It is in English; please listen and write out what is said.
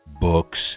books